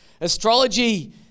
astrology